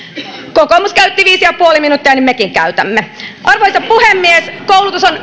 kokoomus käytti viisi ja puoli minuuttia niin että mekin käytämme arvoisa puhemies koulutus on